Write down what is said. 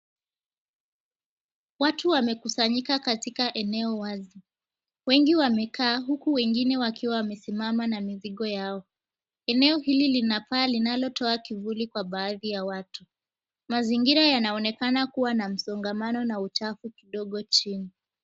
Watu wamekusanyika katika eneo wazi. Wengi wamekaa huku wengine wakiwa wamesimama na mizigo yao. Eneo hili lina paa linalotoa kivuli kwa baadhi ya watu. Mazingira yanaonekana kuwa na msongamano na uchafu kidogo chini.